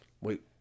Wait